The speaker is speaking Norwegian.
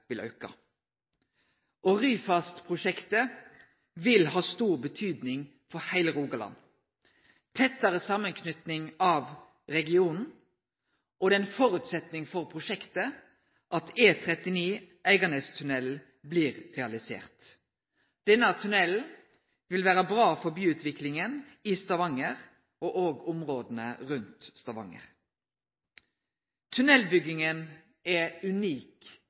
vil auke. Ryfastprosjektet vil ha stor betyding for heile Rogaland. Det blir tettare samanknyting av regionen, og det er ein føresetnad for prosjektet at E39 Eiganestunnelen blir realisert. Denne tunnelen vil vere bra for byutviklinga i Stavanger og òg for områda rundt. Tunnelbygginga er unik